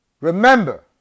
Remember